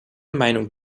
meinung